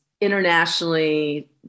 internationally